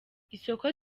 isoko